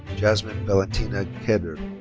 jasmin valentina kheder.